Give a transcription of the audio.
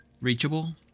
reachable